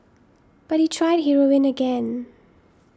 but he tried heroin again